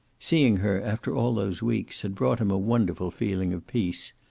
seeing her, after all those weeks, had brought him a wonderful feeling of peace.